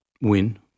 win